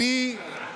נכון.